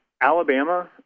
Alabama